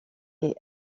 est